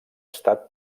estat